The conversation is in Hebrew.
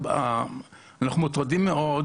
אנחנו מוטרדים מאוד